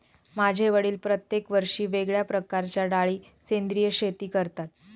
माझे वडील प्रत्येक वर्षी वेगळ्या प्रकारच्या डाळी सेंद्रिय शेती करतात